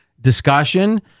discussion